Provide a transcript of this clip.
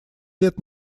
лет